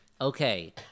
Okay